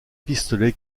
pistolet